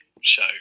Show